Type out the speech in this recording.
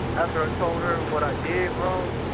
after i told her what i did, bro,